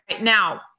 Now